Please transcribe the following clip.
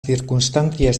circunstancias